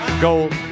gold